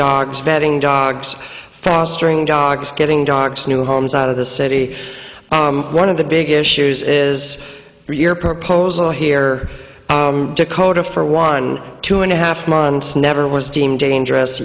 dogs vetting dogs fostering dogs getting dogs new homes out of the city one of the big issues is your proposal here to kota for one two and a half months never was deemed dangerous